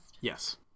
Yes